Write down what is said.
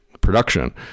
production